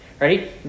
Ready